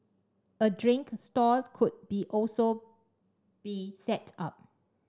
a drink stall could be also be set up